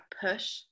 push